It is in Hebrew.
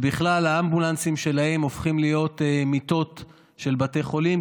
ובכלל האמבולנסים שלהם הופכים להיות מיטות של בתי חולים,